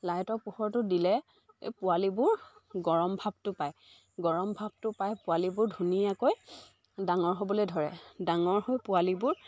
লাইটৰ পোহৰটো দিলে এই পোৱালিবোৰ গৰম ভাপটো পায় গৰম ভাপটো পাই পোৱালিবোৰ ধুনীয়াকৈ ডাঙৰ হ'বলৈ ধৰে ডাঙৰ হৈ পোৱালিবোৰ